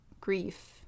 grief